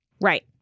Right